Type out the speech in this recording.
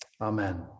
Amen